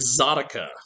Exotica